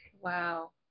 Wow